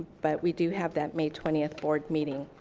but we do have that may twentieth board meeting.